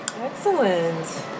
Excellent